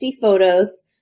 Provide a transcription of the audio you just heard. photos